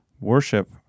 worship